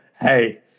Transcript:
hey